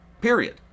period